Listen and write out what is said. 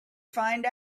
find